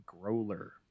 Growler